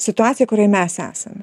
situaciją kurioj mes esame